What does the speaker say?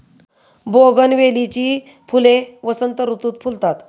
बोगनवेलीची फुले वसंत ऋतुत फुलतात